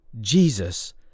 Jesus